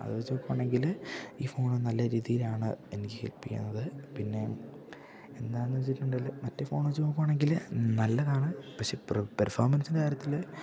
അത് വെച്ച് നോക്കുവാണെങ്കില് ഈ ഫോണ് നല്ല രീതിയിലാണ് എനിക്ക് ഹെൽപ്പ് ചെയ്യുന്നത് പിന്നെ എന്താന്ന് വെച്ചിട്ടുണ്ടെല് മറ്റ് ഫോൺ വെച്ച് നോക്കുവാണെങ്കില് നല്ലതാണ് പക്ഷെ പെർഫോമൻസിൻ് കാര്യത്തില്